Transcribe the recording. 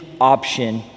option